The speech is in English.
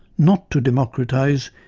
not to democratise,